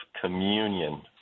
communion